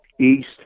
east